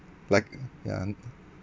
like ya